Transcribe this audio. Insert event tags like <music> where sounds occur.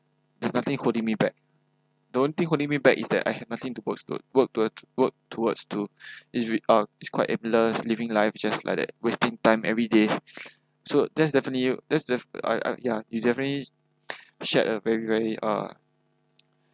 there's nothing holding me back the only thing holding me back is that I have nothing to to works to work towa~ work towards to <breath> it's uh it's quite aimless living life just like that wasting time every day <breath> so that's definitely that's de~ uh ya you definitely shared a very very uh